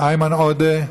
איימן עודה,